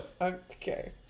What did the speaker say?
Okay